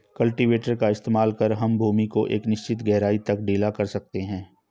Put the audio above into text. cultivator का इस्तेमाल कर हम भूमि को एक निश्चित गहराई तक ढीला कर सकते हैं